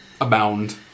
abound